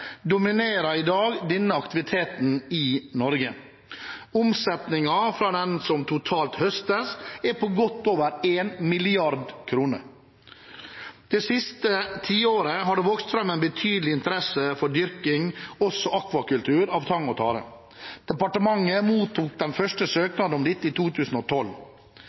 dominerer i dag denne aktiviteten i Norge. Omsetningen fra det som totalt høstes, er på godt over 1 mrd. kr. Det siste tiåret har det vokst fram en betydelig interesse for dyrking, altså akvakultur, av tang og tare. Departementet mottok den første søknaden om dette i 2012.